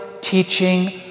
teaching